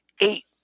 eight